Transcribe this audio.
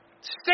Stay